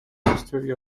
history